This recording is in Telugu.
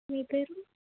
మీ పేరు